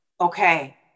Okay